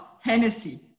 Hennessy